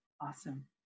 Awesome